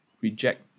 reject